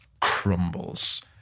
crumbles